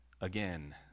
again